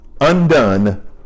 undone